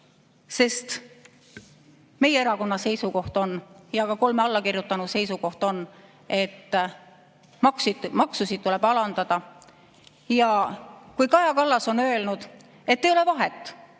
sest meie erakonna seisukoht, ka kolme allakirjutanu seisukoht on, et maksusid tuleb alandada. Kui Kaja Kallas on öelnud, et ei ole vahet,